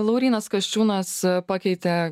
laurynas kasčiūnas pakeitė